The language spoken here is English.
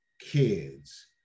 kids